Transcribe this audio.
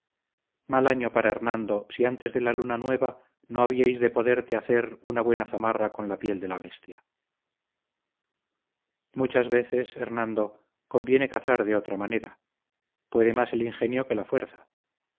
mal año para hernando si antes de la luna nueva no habías de poderte hacer una buena zamarra con la piel de la bestia muchas veces hernando conviene cazar de otra manera puede más el ingenio que la fuerza